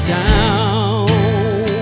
down